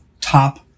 top